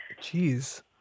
Jeez